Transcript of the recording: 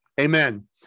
Amen